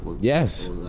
Yes